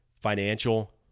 Financial